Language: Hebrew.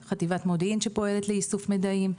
חטיבת מודיעין שפועלת לאיסוף מיידעים,